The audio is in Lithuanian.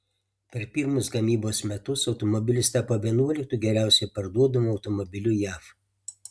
per pirmus gamybos metus automobilis tapo vienuoliktu geriausiai parduodamu automobiliu jav